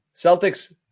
Celtics